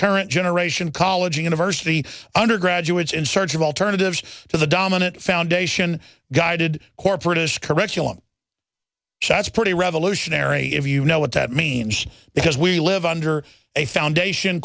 current generation college university undergraduates in search of alternatives to the dominant foundation guided corporatist curriculum that's pretty revolutionary if you know what that means because we live under a foundation